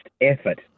effort